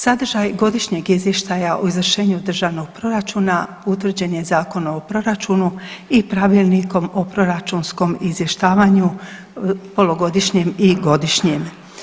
Sadržaj Godišnjeg izvještaja o izvršenju Državnog proračuna utvrđen je Zakonom o proračunu i Pravilnikom o proračunskom izvještavanju, polugodišnjem i godišnjem.